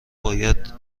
باید